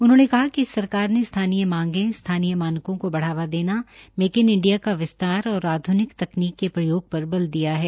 उन्होंने कहा कि सरकार ने स्थानीय मांगे स्थानीय मानकों को बढ़ावा देना मेक इन इडिया का विस्तार और आध्र्निक तकनीक के प्रयोग र बल दिया है